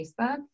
Facebook